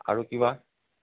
আৰু কিবা